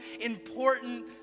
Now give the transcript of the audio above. important